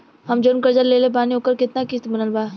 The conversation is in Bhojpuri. हम जऊन कर्जा लेले बानी ओकर केतना किश्त बनल बा?